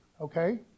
okay